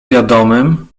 wiadomym